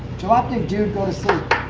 jalopnik dude, go to sleep.